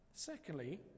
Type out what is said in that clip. Secondly